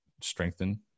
strengthen